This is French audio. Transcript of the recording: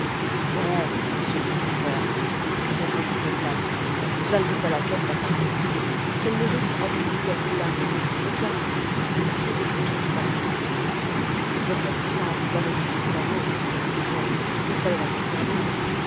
bon monsieur le professeur me répondit ned land cela ne vaut pas la peine d'en parler quel mérite avons-nous eu à cela aucun ce n'était qu'une question d'arithmétique votre existence valait plus que la nôtre donc il fallait la conserver